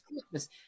Christmas